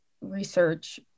research